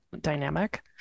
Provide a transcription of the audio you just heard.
dynamic